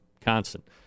Constant